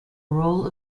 role